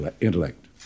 intellect